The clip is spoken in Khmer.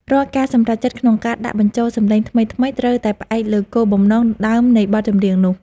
រាល់ការសម្រេចចិត្តក្នុងការដាក់បញ្ចូលសំឡេងថ្មីៗត្រូវតែផ្អែកលើគោលបំណងដើមនៃបទចម្រៀងនោះ។